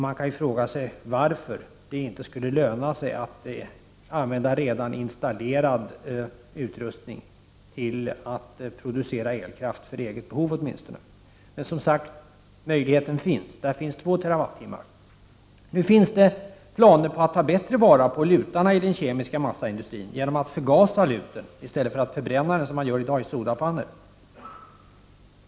Man kan fråga sig varför det inte skulle löna sig att använda redan installerad utrustning till att producera elkraft åtminstone för eget behov. Möjligheten finns, som sagt. Där finns 2 TWh. Det finns nu planer på att bättre ta till vara lutarna i den kemiska massaindustrin genom att förgasa luten, i stället för att förbränna den i sodapannor som man gör i dag.